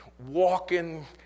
walking